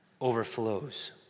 overflows